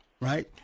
Right